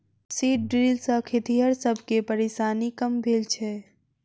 seed drill सॅ खेतिहर सब के परेशानी कम भेल छै